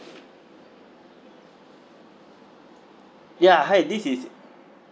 ya hi this is